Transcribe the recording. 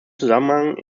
zusammenhang